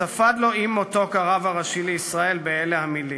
ספד לו עם מותו, כרב הראשי לישראל, באלה המילים,